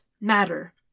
matter